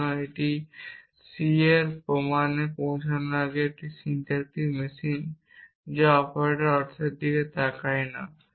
সুতরাং এটি c এর প্রমাণে পৌঁছানোর একটি সিনট্যাকটিক মেশিন যা অপারেটরদের অর্থের দিকে তাকায় না